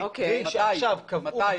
מתי?